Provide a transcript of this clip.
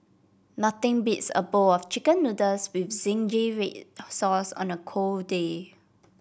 nothing beats a bowl of chicken noodles with zingy red sauce on a cold day